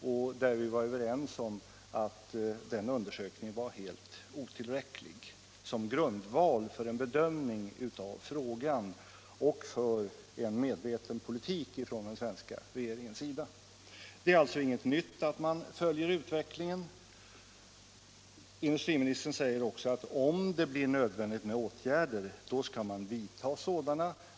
Vi var då överens om att den undersökningen var helt otillräcklig som grundval för en bedömning av frågan och för en medveten politik från den svenska regeringens sida. Det är alltså inget nytt att man följer utvecklingen. Industriministern säger också att om det blir nödvändigt med åtgärder skall man vidta sådana.